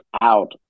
out